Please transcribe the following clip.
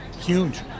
Huge